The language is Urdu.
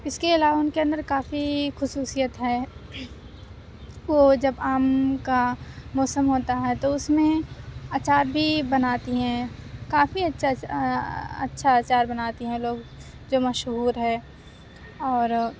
اس کے علاوہ ان کے اندر کافی خصوصیت ہے وہ جب آم کا موسم ہوتا ہے تو اس میں اچار بھی بناتی ہیں کافی اچھا اچار اچھا اچار بناتی ہیں لوگ جو مشہور ہے اور